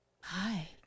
Hi